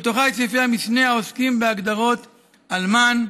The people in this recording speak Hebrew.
המשנה העוסקים בהגדרות "אלמן",